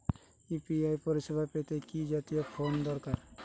UPI পরিসেবা পেতে কি জাতীয় ফোন দরকার?